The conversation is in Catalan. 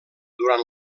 durant